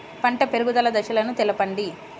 పంట పెరుగుదల దశలను తెలపండి?